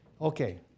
Okay